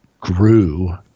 grew